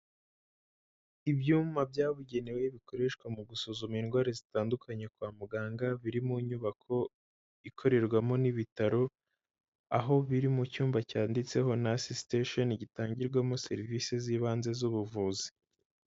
Ibyuma byabugenewe bikoreshwa mu gusuzuma indwara zitandukanye kwa muganga biri mu nyubako ikorerwamo n'ibitaro, aho biri mu cyumba cyanditseho nurse station gitangirwamo serivisi z'ibanze z'ubuvuzi.